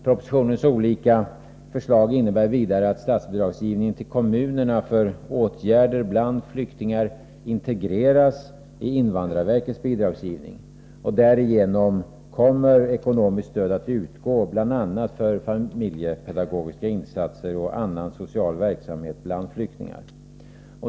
Propositionens olika förslag innebär vidare att statsbidragsgivningen till kommunerna för åtgärder bland flyktingar integreras i invandrarverkets bidragsgivning. Därigenom kommer ekonomiskt stöd att utgå bl.a. för familjepedagogiska insatser och annan social verksamhet bland flyktingar.